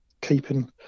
keeping